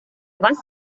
вас